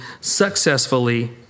successfully